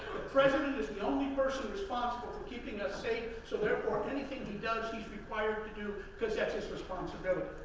president and is the only person responsible for keeping us safe, so therefore, anything he does, he's required to do, because that's his responsibility,